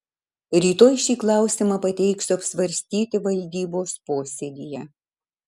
rytoj šį klausimą pateiksiu apsvarstyti valdybos posėdyje